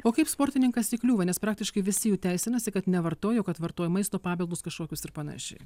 o kaip sportininkas įkliūva nes praktiškai visi jų teisinasi kad nevartojo kad vartojo maisto papildus kažkokius ir panašiai